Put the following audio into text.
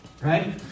right